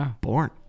born